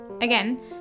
Again